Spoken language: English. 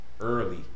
early